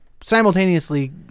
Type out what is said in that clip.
simultaneously